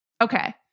Okay